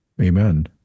Amen